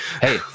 Hey